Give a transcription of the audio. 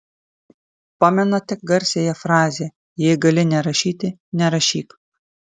pamenate garsiąją frazę jei gali nerašyti nerašyk